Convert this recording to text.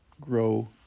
grow